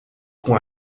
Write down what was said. com